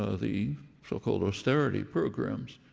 ah the so-called austerity programs,